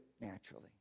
naturally